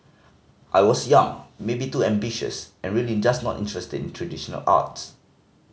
I was young maybe too ambitious and really just not interested in traditional arts